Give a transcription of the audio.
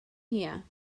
here